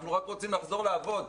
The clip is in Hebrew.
אנחנו רק רוצים לחזור לעבוד.